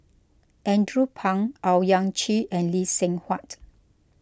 Andrew Phang Owyang Chi and Lee Seng Huat